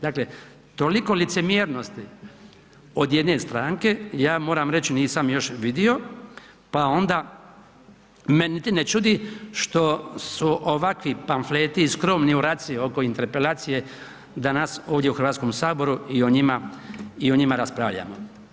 Dakle toliko licemjernosti od jedne stranke, ja moram reći nisam još vidio pa onda me niti ne čudi što su ovakvi pamfleti skromni u raciji oko interpelacije danas ovdje u Hrvatskom saboru i o njima raspravljamo.